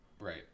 Right